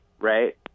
right